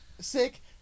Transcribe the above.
sick